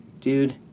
dude